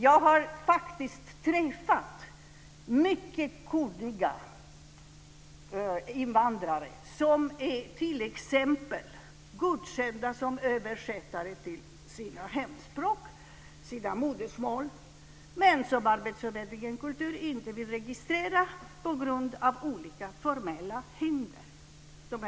Jag har faktiskt träffat mycket kunniga invandrare som t.ex. är godkända som översättare till sina hemspråk, sina modersmål men som arbetsförmedlingen för kulturarbetare inte vill registrera på grund av olika formella hinder.